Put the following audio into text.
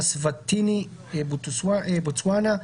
אסוואטיני; בוטסואנה,